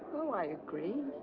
oh, i agree.